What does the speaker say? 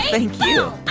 thank you i